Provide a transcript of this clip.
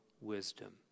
wisdom